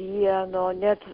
pieno net